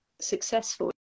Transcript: successful